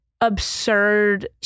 absurd